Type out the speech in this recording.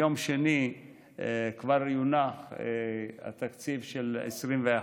כבר יונח התקציב של 2021,